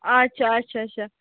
اَچھا اَچھا اَچھا اَچھا